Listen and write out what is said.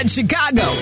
Chicago